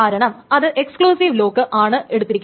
കാരണം അത് exclusive lock ആണ് എടുത്തിരിക്കുന്നത്